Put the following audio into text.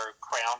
crown